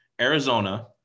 Arizona